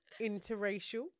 interracial